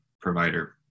provider